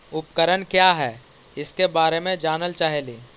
उपकरण क्या है इसके बारे मे जानल चाहेली?